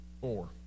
Four